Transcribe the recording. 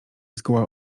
zgoła